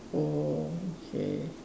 oh okay